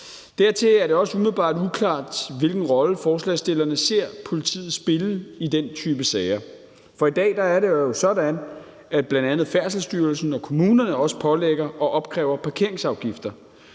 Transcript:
Dertil er det også umiddelbart uklart, hvilken rolle forslagsstillerne ser politiet spille i den type sager. For i dag er det jo sådan, at bl.a. Færdselsstyrelsen og kommunerne også pålægger og opkræver parkeringsafgifter.